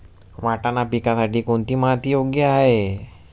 वाटाणा पिकासाठी कोणती माती योग्य आहे?